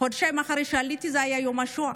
חודשיים אחרי שעליתי היה יום השואה.